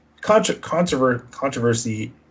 controversy